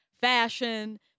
fashion